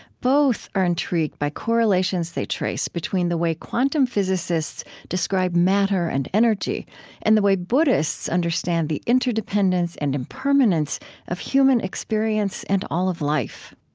both are intrigued by correlations they trace between the way quantum physicists describe matter and energy and the way buddhists understand the interdependence and impermanence of human experience and all of life